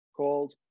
called